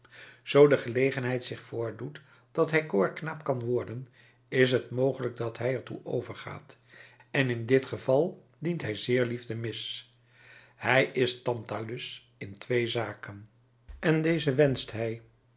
zoo de gelegenheid zich voordoet dat hij koorknaap kan worden is t mogelijk dat hij er toe overgaat en in dit geval dient hij zeer lief de mis hij is tantalus in twee zaken en deze wenscht hij